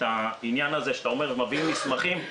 העניין שאתה אומר שמביאים מסמכים,